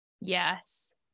Yes